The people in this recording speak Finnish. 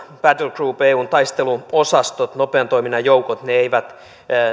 battlegroup eun taisteluosastot nopean toiminnan joukot jotka eivät